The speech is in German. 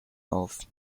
auf